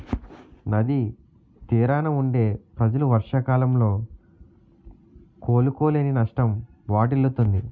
నది తీరాన వుండే ప్రజలు వర్షాకాలంలో కోలుకోలేని నష్టం వాటిల్లుతుంది